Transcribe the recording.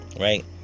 right